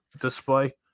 display